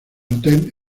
hotel